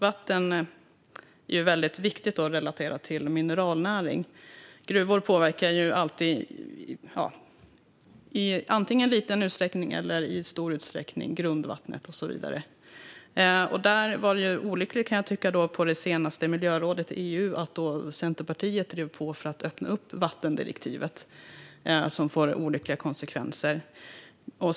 Vatten är viktigt relaterat till gruvnäring. Gruvor påverkar alltid grundvattnet i stor eller liten utsträckning. På det senaste miljörådet i EU drev Centerpartiet dessvärre på för att öppna upp vattendirektivet, vilket kommer att få olyckliga konsekvenser.